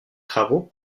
travaux